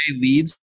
leads